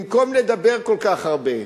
במקום לדבר כל כך הרבה,